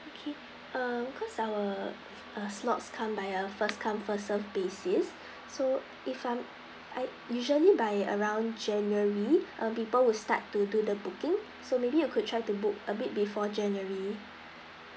okay err cause our err slots come by a first come served basis so if I'm I usually by around january um people will start to do the booking so maybe you could try to book a bit before january